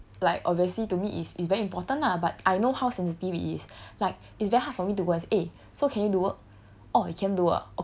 so like obviously to me it's it's very important lah but I know how sensitive it is like it's very hard for me to go and say eh so can you do work